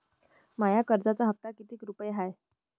माया कर्जाचा हप्ता कितीक रुपये हाय?